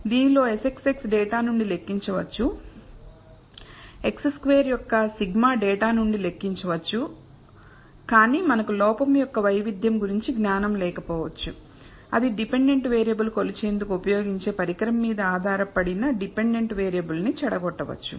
దీనిలో Sxx డేటా నుండి లెక్కించవచ్చు xi2 యొక్క σ డేటా నుండి లెక్కించవచ్చు కాని మనకు లోపం యొక్క వైవిధ్యం గురించి జ్ఞానం లేకపోవచ్చు అది డిపెండెంట్ వేరియబుల్ కొలిచేందుకు ఉపయోగించే పరికరం మీద ఆధారపడిన డిపెండెంట్ వేరియబుల్ ని చెడగొట్టవచ్చు